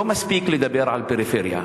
לא מספיק לדבר על פריפריה,